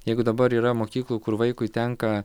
jeigu dabar yra mokyklų kur vaikui tenka